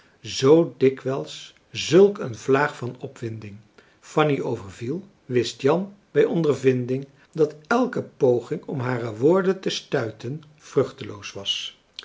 zoo dikwijls zulk een vlaag van opwinding fanny overviel wist jan bij ondervinding dat elke poging om hare woorden te stuiten vruchteloos was